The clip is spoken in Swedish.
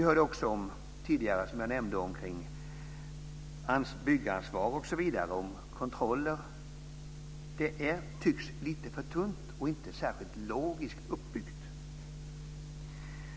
Jag nämnde tidigare också byggansvar och kontroller. Det tycks lite för tunt och inte särskilt logiskt uppbyggt.